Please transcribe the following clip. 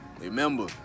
remember